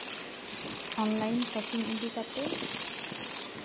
online shopping ᱤᱫᱤ ᱠᱟᱛᱮ